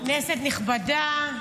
כנסת נכבדה,